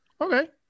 Okay